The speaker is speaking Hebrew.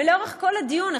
ולאורך כל הדיון,